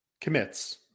Commits